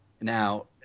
Now